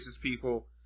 people